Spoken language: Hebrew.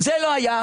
זה לא היה.